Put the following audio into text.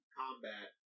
combat